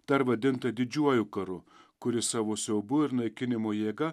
dar vadintą didžiuoju karu kuris savo siaubu ir naikinimo jėga